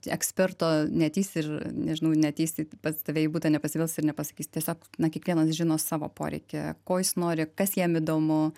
eksperto neateis ir nežinau neateisi pas tave į nepasibels ir nepasakys tiesiog na kiekvienas žino savo poreikį ko jis nori kas jam įdomu